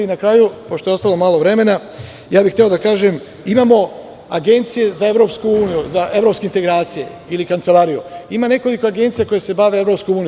Na kraju, pošto je ostalo malo vremena hteo bih da kažem, imamo agencije za EU, za evropske integracije ili kancelariju, ima nekoliko agencija koje se bave EU.